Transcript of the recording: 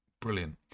Brilliant